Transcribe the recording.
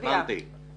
הבנתי.